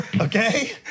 okay